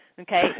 okay